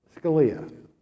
Scalia